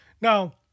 Now